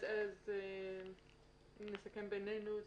אז נסכם בינינו.